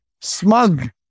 smug